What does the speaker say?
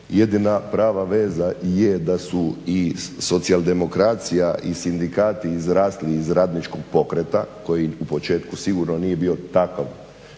Jedina prava veza je da su i socijaldemokracija i sindikati izrasli iz radničkog pokreta koji u početku sigurno nije bio takav